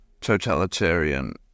totalitarian